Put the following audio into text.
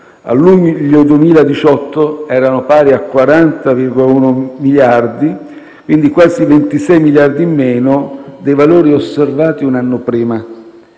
a luglio 2018 erano pari a 40,1 miliardi, quindi quasi 26 miliardi in meno dei valori osservati un anno prima.